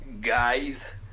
guys